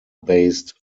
based